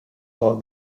all